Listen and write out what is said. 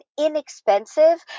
inexpensive